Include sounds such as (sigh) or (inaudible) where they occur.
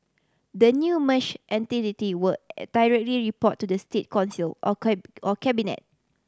the new merge entity will (unintelligible) directly report to the State Council (unintelligible) or cabinet